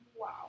Wow